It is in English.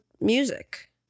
music